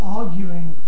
arguing